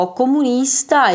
comunista